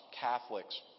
Catholics